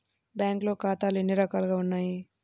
బ్యాంక్లో ఖాతాలు ఎన్ని రకాలు ఉన్నావి?